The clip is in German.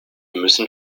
müssen